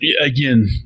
again